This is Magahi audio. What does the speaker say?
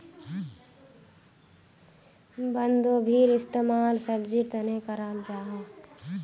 बन्द्गोभीर इस्तेमाल सब्जिर तने कराल जाहा